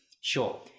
sure